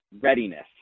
readiness